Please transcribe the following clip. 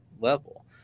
level